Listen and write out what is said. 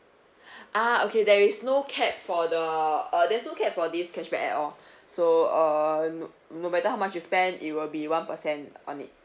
ah okay there is no cap for the uh there's no cap for this cashback at all so uh no no matter how much you spend it will be one percent on it